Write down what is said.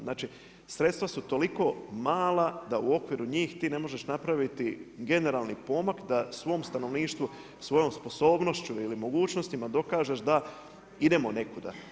Znači, sredstva su toliko mala, da u okviru njih ti ne možeš napraviti generalni pomak, da svom stanovništvu, svojom sposobnošću ili mogućnostima dokažeš da idemo nekuda.